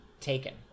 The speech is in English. taken